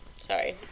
sorry